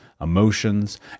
emotions